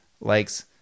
likes